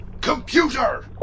Computer